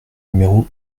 numéro